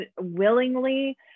willingly